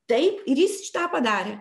taip ir jis tą padarė